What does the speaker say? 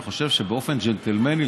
אני חושב שבאופן ג'נטלמני,